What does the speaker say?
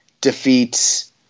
defeats